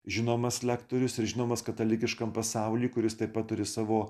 žinomas lektorius ir žinomas katalikiškam pasauliui kuris taip pat turi savo